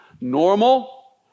normal